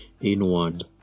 inward